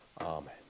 Amen